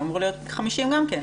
הוא אמור להיות 50 גם כן.